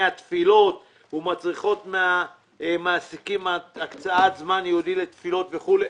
התפילות ומצריכות מהמעסיקים הקצאת זמן ייעודי לתפילות וכולי.